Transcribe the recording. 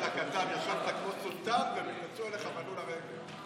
ישבת כמו סולטאן והם נכנסו אליך ועלו לרגל.